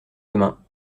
demain